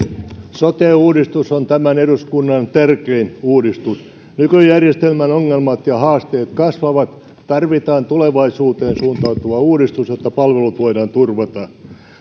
sote uudistus on tämän eduskunnan tärkein uudistus nykyjärjestelmän ongelmat ja haasteet kasvavat tarvitaan tulevaisuuteen suuntautuva uudistus jotta palvelut voidaan turvata